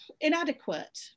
inadequate